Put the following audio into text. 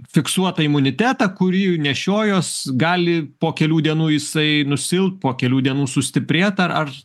fiksuotą imunitetą kurį nešiojuos gali po kelių dienų jisai nusilpt po kelių dienų sustiprėt ar ar